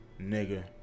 Nigga